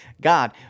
God